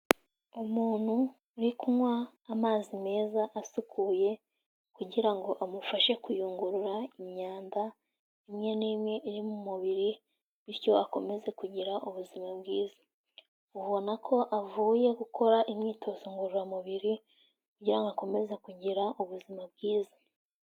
Umuntu uri kunywa amazi meza asukuye kugira ngo amufashe kuyungurura imyanda imwe n'imwe iri mu mubiri, bityo akomeze kugira ubuzima bwiza, ubona ko avuye gukora imyitozo ngororamubiri kugira ngo akomeze kugira ubuzima bwiza.